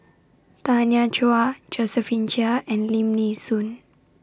Tanya Chua Josephine Chia and Lim Nee Soon